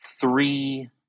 three